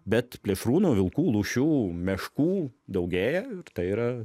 bet plėšrūnų vilkų lūšių meškų daugėja tai yra